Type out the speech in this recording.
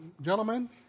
Gentlemen